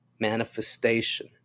manifestation